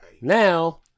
Now